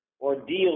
ordeal